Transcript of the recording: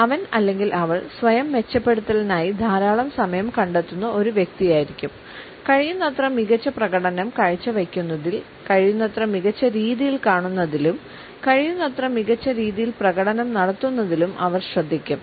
അവൻ അല്ലെങ്കിൽ അവൾ സ്വയം മെച്ചപ്പെടുത്തലിനായി ധാരാളം സമയം കണ്ടെത്തുന്ന ഒരു വ്യക്തിയായിരിക്കും കഴിയുന്നത്ര മികച്ച പ്രകടനം കാഴ്ചവയ്ക്കുന്നതിൽ കഴിയുന്നത്ര മികച്ച രീതിയിൽ കാണുന്നതിലും കഴിയുന്നത്ര മികച്ച രീതിയിൽ പ്രകടനം നടത്തുന്നതിലും അവർ ശ്രദ്ധിക്കും